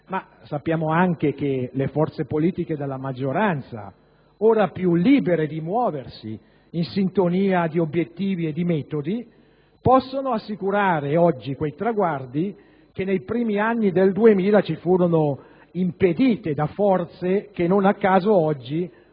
Ma sappiamo anche che le forze politiche della maggioranza, ora più libere di muoversi in sintonia di obiettivi e di metodi, possono assicurare oggi quei traguardi che nei primi anni del 2000 ci furono impediti da forze che, non a caso, oggi